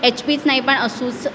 H पीच नाही पण असूस